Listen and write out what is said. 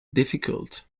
difficult